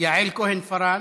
יעל כהן-פארן.